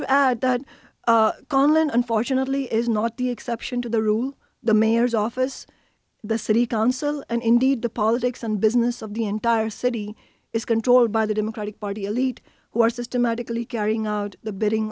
to add that conlon unfortunately is not the exception to the rule the mayor's office the city council and indeed the politics and business of the entire city is controlled by the democratic party elite who are systematically carrying out the bidding